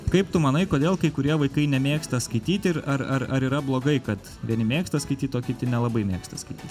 kaip tu manai kodėl kai kurie vaikai nemėgsta skaityti ir ar ar ar yra blogai kad vieni mėgsta skaityt o kiti nelabai mėgsta skaityt